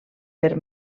per